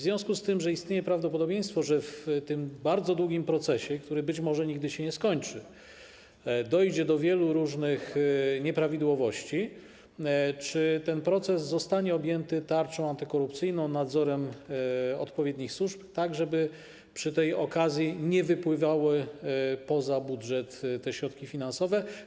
Ponieważ istnieje prawdopodobieństwo, że w tym bardzo długim procesie, który być może nigdy się nie skończy, dojdzie do wielu różnych nieprawidłowości, pytam: Czy ten proces zostanie objęty tarczą antykorupcyjną, nadzorem odpowiednich służb, tak żeby przy tej okazji nie wypływały poza budżet te środki finansowe?